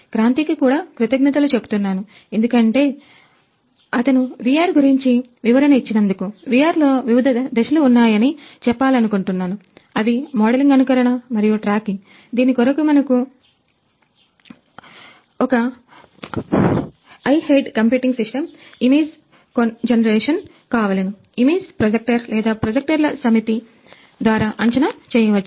క్రాంతికి కూడా కృతజ్ఞతలు చెబుతున్నాను ఎందుకంటే చిఅతను వి ఆర్ ద్వారా అంచనా వెయ్యవచ్చు